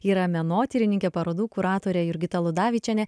yra menotyrininkė parodų kuratorė jurgita ludavičienė